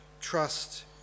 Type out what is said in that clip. trust